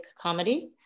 Comedy